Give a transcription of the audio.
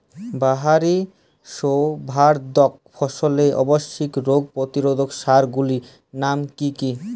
বাহারী শোভাবর্ধক ফসলের আবশ্যিক রোগ প্রতিরোধক সার গুলির নাম কি কি?